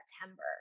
September